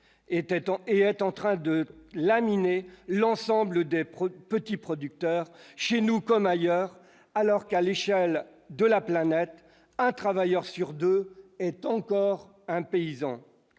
et est en train de la mine et l'ensemble des produits petits producteurs chez nous comme ailleurs, alors qu'à l'échelle de la planète, un travailleur sur 2 est encore un paysan,